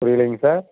புரியலைங்க சார்